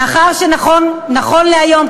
מאחר שנכון להיום,